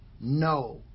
No